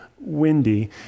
Windy